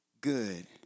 good